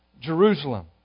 jerusalem